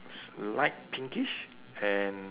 light pinkish and